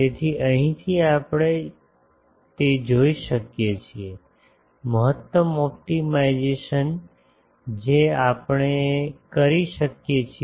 તેથી અહીંથી આપણે તે જોઈ શકીએ છીએ મહત્તમ ઓપ્ટિમાઇઝેશન જે આપણે કરી શકીએ છીએ